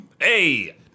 Hey